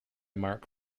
mark